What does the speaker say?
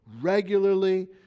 regularly